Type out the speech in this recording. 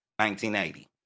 1980